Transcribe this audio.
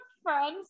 friends